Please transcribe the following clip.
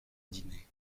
dîner